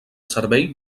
servei